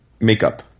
makeup